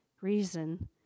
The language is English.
reason